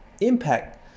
impact